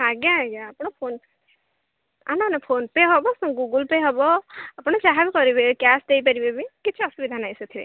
ଆଜ୍ଞା ଆଜ୍ଞା ଆପଣ ଫୋନ୍ ଫୋନ୍ ପେ ହେବ ଗୁଗୁଲ୍ ପେ ହେବ ଆପଣ ଯାହାବି କରିବେ କ୍ୟାସ୍ ଦେଇପାରିବେ ବି କିଛି ଅସୁବିଧା ନାହିଁ ସେଥିରେ